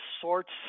sorts